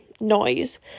noise